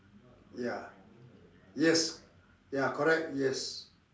ya yes ya correct yes